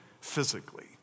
physically